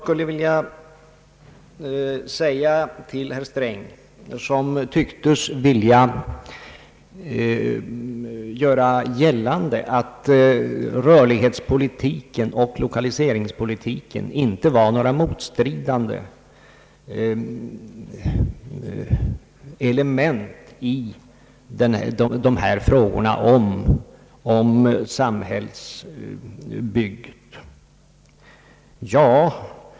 Herr Sträng tycktes vilja göra gällande att rörlighetspolitiken och lokaliseringspolitiken inte är några motstridande element i frågor om samhällsbyggandet.